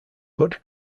but